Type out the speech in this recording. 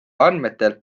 andmetel